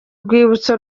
rwibutso